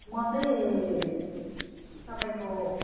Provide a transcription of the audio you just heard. म चाहिँ तपाईँको